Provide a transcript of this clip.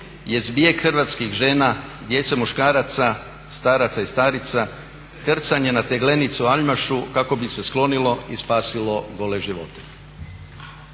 jest bijeg hrvatskih žena, djece i muškaraca, staraca i starica krcanje na teglenicu u Aljmašu kako bi se sklonilo i spasilo gole živote.